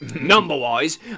Number-wise